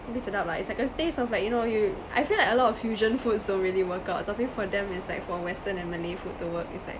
really sedap lah it's like a taste of like you know you I feel like a lot of fusion foods don't really work out tapi for them is like for western and malay food to work it's like